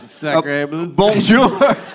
Bonjour